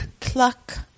Cluck